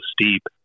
steep